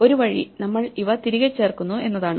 ഒരു വഴി നമ്മൾ ഇവ തിരികെ ചേർക്കുന്നു എന്നതാണ്